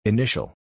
Initial